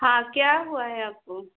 हाँ क्या हुआ है आपको